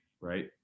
right